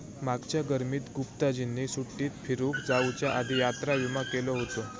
मागच्या गर्मीत गुप्ताजींनी सुट्टीत फिरूक जाउच्या आधी यात्रा विमा केलो हुतो